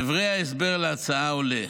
מדברי ההסבר להצעה עולה